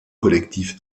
collectif